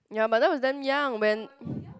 ya but that was damn young when